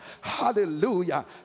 hallelujah